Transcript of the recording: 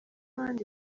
abandi